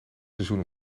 seizoen